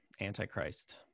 antichrist